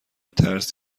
ترس